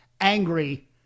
angry